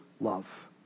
love